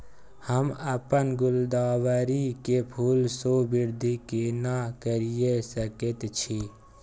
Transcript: हम अपन गुलदाबरी के फूल सो वृद्धि केना करिये सकेत छी?